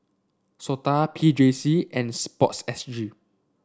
SOTA P J C and sports S G